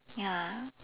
ya